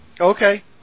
Okay